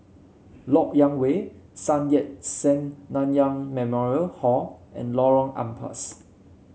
LoK Yang Way Sun Yat Sen Nanyang Memorial Hall and Lorong Ampas